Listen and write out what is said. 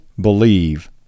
believe